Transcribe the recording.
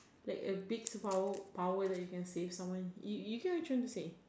like a big superpower power that you can save someone you you cannot trying to save